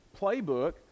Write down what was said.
playbook